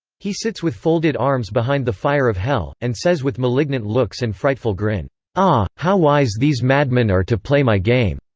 he sits with folded arms behind the fire of hell, and says with malignant looks and frightful grin ah, how wise these madmen are to play my game!